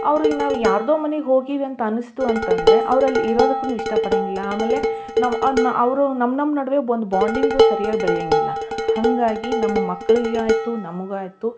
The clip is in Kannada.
ಅವ್ರಿಗೆ ನಾವು ಯಾರದ್ದೋ ಮನೆಗೆ ಹೋಗೀವಿ ಅಂತ ಅನ್ನಿಸ್ತು ಅಂತ ಅಂದ್ರೆ ಅವ್ರು ಅಲ್ಲಿ ಇರೋದಕ್ಕೂ ಇಷ್ಟಪಡೋಂಗಿಲ್ಲ ಆಮೇಲೆ ನಾವು ಅವರು ನಮ್ಮ ನಮ್ಮ ನಡುವೆ ಒಂದು ಬಾಂಡಿಂಗು ಸರಿಯಾಗಿ ಬೆಳೆಯೋಂಗಿಲ್ಲ ಹಾಗಾಗಿ ನಮ್ಮ ಮಕ್ಕಳಿಗೆ ಆಯಿತು ನಮ್ಗೆ ಆಯಿತು